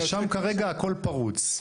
שם כרגע הכל פרוץ.